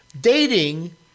Dating